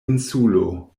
insulo